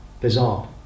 bizarre